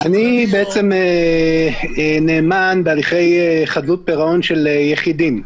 אני נאמן בהליכי חדלות פירעון של יחידים,